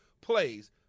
plays